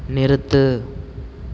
நிறுத்து